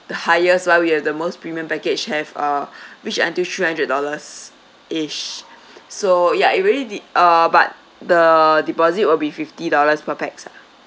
the highest [one] we have the most premium package have uh reach until three hundred dollars ish so ya it really de~ uh but the deposit will be fifty dollars per pax lah